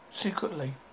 secretly